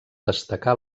destacar